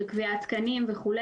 של קביעת תקנים וכו',